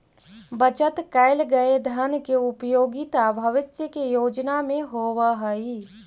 बचत कैल गए धन के उपयोगिता भविष्य के योजना में होवऽ हई